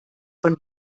von